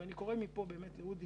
ואני קורא מפה לאודי,